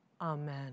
Amen